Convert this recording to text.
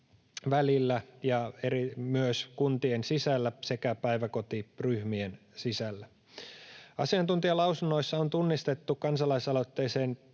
välillä ja myös kuntien sisällä sekä päiväkotiryhmien sisällä. Asiantuntijalausunnoissa on tunnistettu kansalaisaloitteeseen